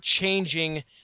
changing